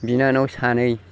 बिनानाव सानै